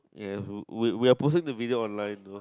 ya who we we are posting the video online though